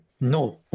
no